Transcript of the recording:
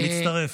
אני מצטרף.